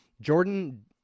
Jordan